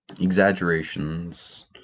Exaggerations